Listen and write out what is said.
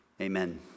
Amen